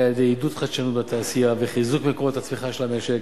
על-ידי עידוד חדשנות בתעשייה וחיזוק מקורות הצמיחה של המשק,